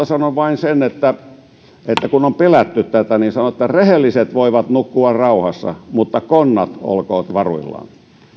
sanon vain sen että että kun on pelätty tätä niin sanon että rehelliset voivat nukkua rauhassa mutta konnat olkoot varuillaan